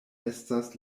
estas